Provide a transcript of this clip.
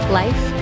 life